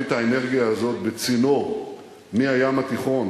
את האנרגיה הזאת בצינור מהים התיכון,